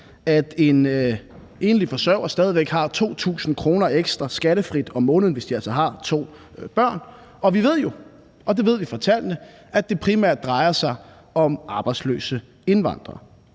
at en enlig forsørger stadig væk har 2.000 kr. ekstra skattefrit om måneden, hvis de altså har to børn, og vi ved jo, og det ved vi fra tallene, at det primært drejer sig om arbejdsløse indvandrere.